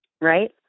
right